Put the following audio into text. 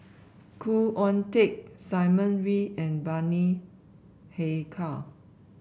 Khoo Oon Teik Simon Wee and Bani Haykal